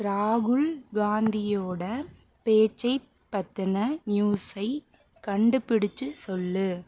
ராகுல் காந்தியோட பேச்சைப் பற்றின நியூஸைக் கண்டுபிடிச்சு சொல்